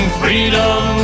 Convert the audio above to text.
freedom